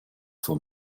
for